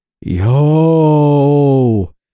yo